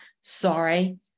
sorry